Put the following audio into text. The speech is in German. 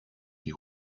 die